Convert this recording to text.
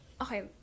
Okay